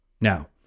Now